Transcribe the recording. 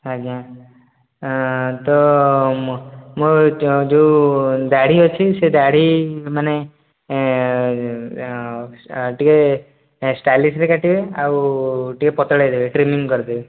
ଆଜ୍ଞା ତ ମୋର ଯେଉଁ ଦାଢ଼ି ଅଛି ସେ ଦାଢ଼ି ମାନେ ଟିକେ ଷ୍ଟାଇଲିସରେ କାଟିବେ ଆଉ ଟିକେ ପତଳେଇ ଦେବେ ଟ୍ରିମିଙ୍ଗ କରିବେ